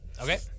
Okay